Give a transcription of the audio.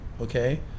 okay